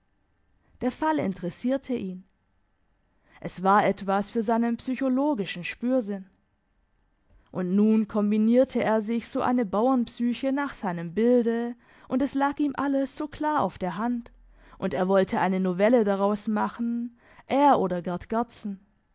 der fall interessierte ihn es war etwas für seinen psychologischen spürsinn und nun kombinierte er sich so eine bauernpsyche nach seinem bilde und es lag ihm alles so klar auf der hand und er wollte eine novelle daraus machen er oder gerd